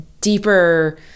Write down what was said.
deeper